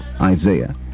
Isaiah